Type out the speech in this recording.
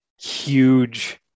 huge